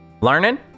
Learning